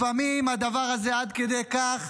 לפעמים זה עד כדי כך